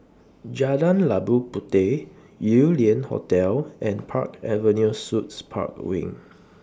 Jalan Labu Puteh Yew Lian Hotel and Park Avenue Suites Park Wing